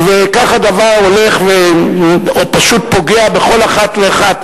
וכך הדבר הולך ופשוט פוגע בכל אחת ואחת